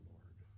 Lord